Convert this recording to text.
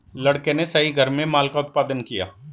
लड़के ने सही घर में माल का उत्पादन किया